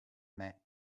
met